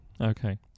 Okay